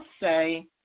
say